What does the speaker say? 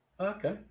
Okay